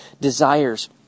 desires